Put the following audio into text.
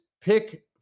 pick